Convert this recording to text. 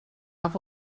have